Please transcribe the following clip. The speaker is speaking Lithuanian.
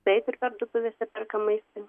taip ir parduotuvėse perkam maistui